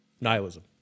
Nihilism